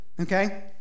okay